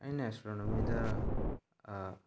ꯑꯩꯅ ꯑꯦꯁꯇ꯭ꯔꯣꯅꯣꯃꯤꯗ